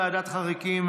ועדת חריגים),